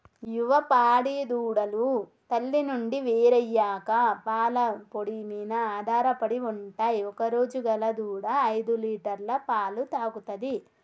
యువ పాడి దూడలు తల్లి నుండి వేరయ్యాక పాల పొడి మీన ఆధారపడి ఉంటయ్ ఒకరోజు గల దూడ ఐదులీటర్ల పాలు తాగుతది